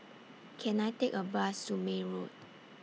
Can I Take A Bus to May Road